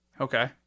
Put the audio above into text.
Okay